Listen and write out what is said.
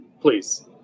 please